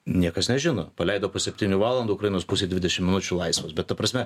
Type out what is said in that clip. niekas nežino paleido po septynių valandų ukrainos pusė dvidešimt minučių laisvos bet ta prasme